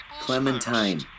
Clementine